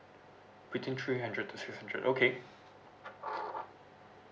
between three hundred to six hundred okay